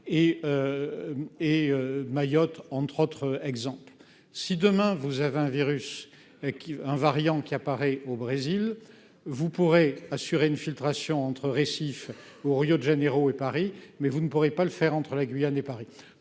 et Mayotte, entre autres exemples, si demain vous avez un virus qui un variant qui apparaît au Brésil, vous pourrez assurer une filtration entre récifs ou Rio de Janeiro et Paris, mais vous ne pourrez pas le faire entre la Guyane et Paris